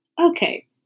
Okay